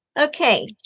Okay